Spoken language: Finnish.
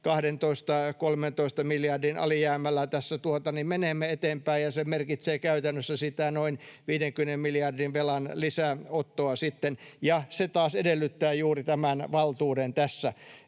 12—13 miljardin alijäämällä tässä menemme eteenpäin, ja se merkitsee käytännössä sitä noin 50 miljardin lisävelan ottoa, ja se taas edellyttää juuri tämän valtuuden tässä.